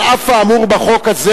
על אף האמור בחוק הזה,